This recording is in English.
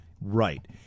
Right